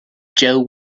joe